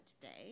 today